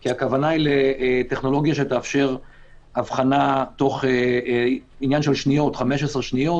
כי הכוונה היא לטכנולוגיה שתאפשר אבחנה תוך 15 שניות